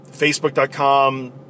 Facebook.com